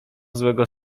złego